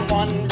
one